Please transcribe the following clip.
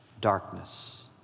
darkness